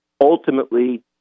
Ultimately